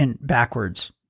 Backwards